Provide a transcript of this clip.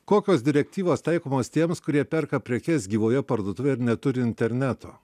kokios direktyvos taikomos tiems kurie perka prekes gyvoje parduotuvėje ir neturi interneto